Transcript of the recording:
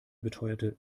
beteuerte